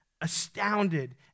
astounded